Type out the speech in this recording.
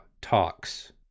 Talks